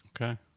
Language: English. Okay